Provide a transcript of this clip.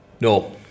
No